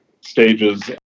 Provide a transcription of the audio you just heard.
stages